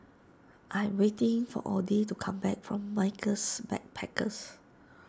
I am waiting for Odie to come back from Michaels Backpackers